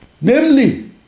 namely